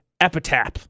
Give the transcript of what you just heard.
epitaph